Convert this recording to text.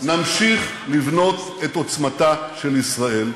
נמשיך לבנות את עוצמתה של ישראל.